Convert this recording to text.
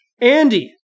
Andy